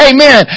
Amen